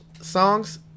songs